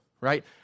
right